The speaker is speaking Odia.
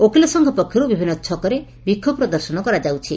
ଓକିଲ ସଂଘ ପକ୍ଷରୁ ବିଭିନ୍ନ ଛକରେ ବିକ୍ଷୋଭ ପ୍ରଦର୍ଶନ କରାଯାଉଛି